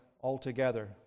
altogether